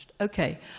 okay